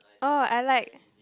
oh I like